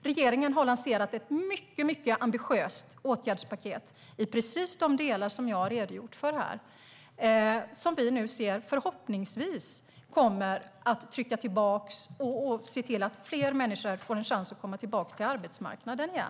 Regeringen har lanserat ett mycket ambitiöst åtgärdspaket i de delar som jag har redogjort för här. Förhoppningsvis kommer det att leda till att fler människor får en chans att komma tillbaka till arbetsmarknaden.